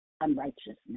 unrighteousness